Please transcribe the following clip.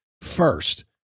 first